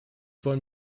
wollen